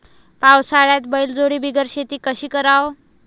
पावसाळ्यात बैलजोडी बिगर शेती कशी कराव?